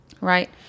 right